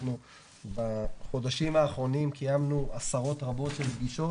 אנחנו בחודשים האחרונים קיימנו עשרות רבות של פגישות